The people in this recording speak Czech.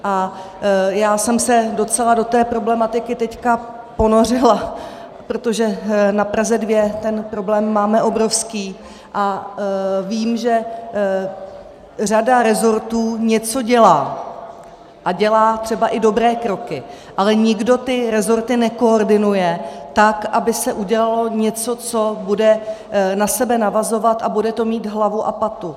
A já jsem se docela do té problematiky teď ponořila, protože na Praze 2 ten problém máme obrovský a vím, že řada resortů něco dělá, a dělá třeba i dobré kroky, ale nikdo ty resorty nekoordinuje tak, aby se udělalo něco, co bude na sebe navazovat a bude to mít hlavu a patu.